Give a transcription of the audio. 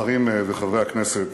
השרים וחברי הכנסת,